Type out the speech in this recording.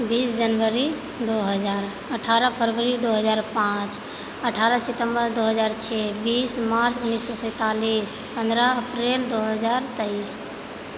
बीस जनवरी दू हजार अठारह फरवरी दू हजार पाँच अठारह सितम्बर दू हजार छओ बीस मार्च उन्नैस सए सैंतालिस पन्द्रह अप्रिल दू हजार तेइस